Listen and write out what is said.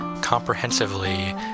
comprehensively